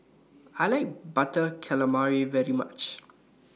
I like Butter Calamari very much